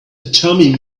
tommy